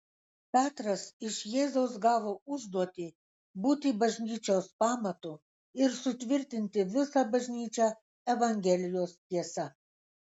petras iš jėzaus gavo užduotį būti bažnyčios pamatu ir sutvirtinti visą bažnyčią evangelijos tiesa